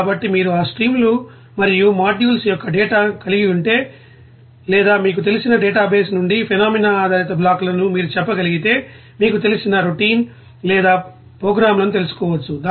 కాబట్టి మీరు ఆ స్ట్రీమ్లు మరియు మాడ్యూల్స్ యొక్క డేటాను కలిగి ఉంటే లేదా మీకు తెలిసిన డేటాబేస్ నుండి ఫెనోమేనా ఆధారిత బ్లాక్లను మీరు చెప్పగలిగితే మీకు తెలిసిన రొటీన్ లేదా ప్రోగ్రామ్లను తెలుసుకోవచ్చు